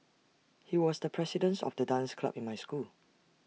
he was the president of the dance club in my school